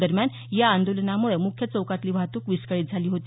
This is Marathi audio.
दरम्यान या आंदोलानामुळे मुख्य चौकातली वाहतूक विस्कळीत झाली होती